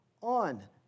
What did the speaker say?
on